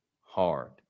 hard